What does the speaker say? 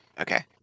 Okay